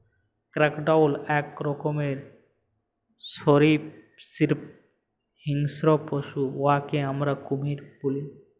crocodile ইক রকমের সরীসৃপ হিংস্র পশু উয়াকে আমরা কুমির ব্যলি